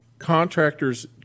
contractors